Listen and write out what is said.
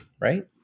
right